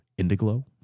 Indiglo